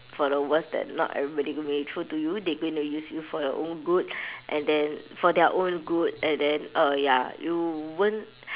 for the worst that not everybody gonna be true to you they going to use you for your good and then for their own good and then uh ya you won't